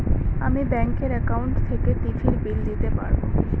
আমি ব্যাঙ্কের একাউন্ট থেকে টিভির বিল দিতে পারবো